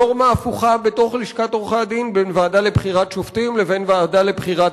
נורמה הפוכה בתוך לשכת עורכי-הדין בין ועדה לבחירת